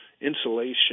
insulation